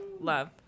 love